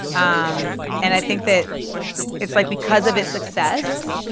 um and i think that it's like, because of its success,